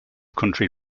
county